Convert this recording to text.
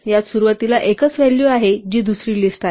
यात सुरुवातीला एकच व्हॅल्यू आहे जी दुसरी लिस्ट आहे